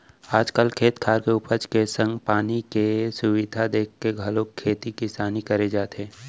आज काल खेत खार के उपज के संग पानी के सुबिधा देखके घलौ खेती किसानी करे जाथे